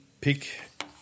pick